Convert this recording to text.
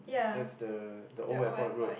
that's the the Old-Airport-Road